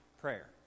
Prayer